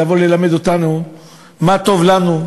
לבוא ללמד אותנו מה טוב לנו,